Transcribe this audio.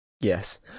Yes